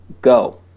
go